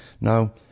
now